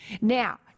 Now